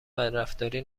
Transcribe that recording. بدرفتاری